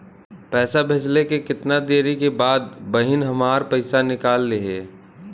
पैसा भेजले के कितना देरी के बाद बहिन हमार पैसा निकाल लिहे?